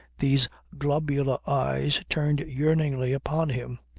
these globular eyes turned yearningly upon him,